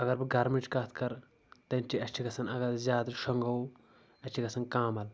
اگر بہٕ گرٕمٕچ کتھ کرٕ تیٚلہِ چھِ اسہِ چھِ گژھان اگر أسۍ زیادٕ شۄنٛگو اسہِ چھِ گژھان کامبل